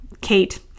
Kate